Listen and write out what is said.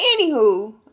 Anywho